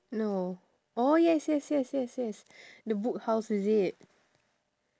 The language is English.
no oh yes yes yes yes yes the book house is it